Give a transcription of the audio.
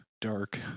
dark